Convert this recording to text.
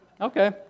Okay